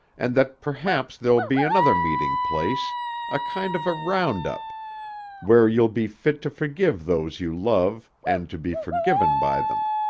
and that perhaps there'll be another meeting-place a kind of a round-up where you'll be fit to forgive those you love and to be forgiven by them.